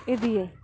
ᱤᱫᱤᱭᱟᱹᱧ